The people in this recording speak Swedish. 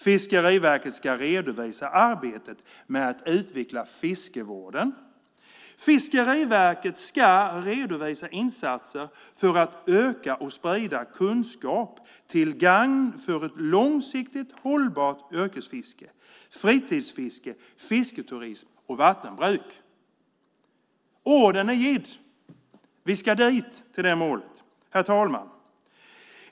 Fiskeriverket ska redovisa arbetet med att utveckla fiskevården. Fiskeriverket ska redovisa insatser för att öka och sprida kunskap till gagn för ett långsiktigt hållbart yrkesfiske, fritidsfiske, fisketurism och vattenbruk. Ordern är given. Vi ska dit, till det målet. Herr talman!